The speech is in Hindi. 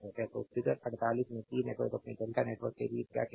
तो फिगर 48 में टी नेटवर्क अपने डेल्टा नेटवर्क के लिए क्या कहते हैं